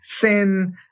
thin